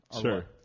Sure